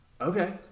okay